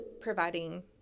providing